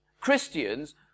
Christians